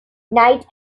night